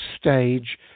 stage